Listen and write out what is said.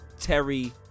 Terry